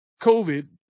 COVID